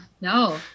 no